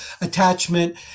Attachment